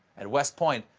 at west point,